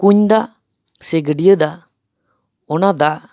ᱠᱩᱧ ᱫᱟᱜ ᱥᱮ ᱜᱟᱹᱰᱭᱟᱹ ᱫᱟᱜ ᱚᱱᱟ ᱫᱟᱜ